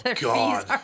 God